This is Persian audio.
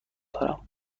دارم